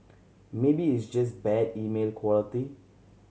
maybe it's just bad email quality